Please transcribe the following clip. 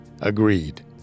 Agreed